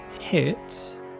hit